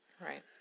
right